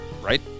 right